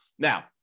Now